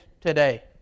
today